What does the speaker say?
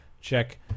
check